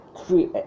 three